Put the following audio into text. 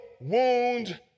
wound